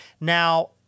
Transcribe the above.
Now